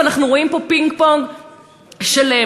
ואנחנו רואים פה פינג-פונג שלם.